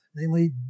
namely